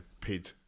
paid